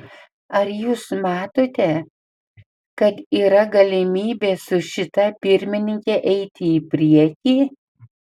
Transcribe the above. ar jūs matote kad yra galimybė su šita pirmininke eiti į priekį